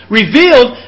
revealed